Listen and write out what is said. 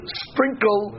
sprinkle